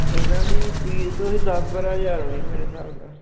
ਇਹਨਾਂ ਦੀ ਫ਼ੀਸ ਉਹ ਹੀ ਦਸ ਬਾਰ੍ਹਾਂ ਹਜ਼ਾਰ ਹੋਣੀ ਮੇਰੇ ਹਿਸਾਬ ਨਾਲ